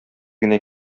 генә